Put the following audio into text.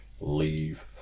leave